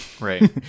Right